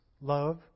love